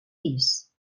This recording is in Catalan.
pis